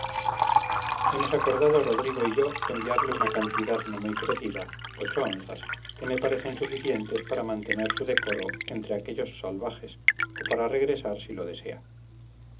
hemos acordado rodrigo y yo enviarle una cantidad no muy crecida ocho onzas que me parecen suficientes para mantener su decoro entre aquellos salvajes o para regresar si lo desea